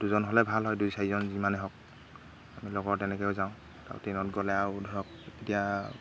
দুজন হ'লে ভাল হয় দুই চাৰিজন যিমানেই হওক আমি লগৰ তেনেকৈও যাওঁ আৰু ট্ৰেইনত গ'লে আৰু ধৰক এতিয়া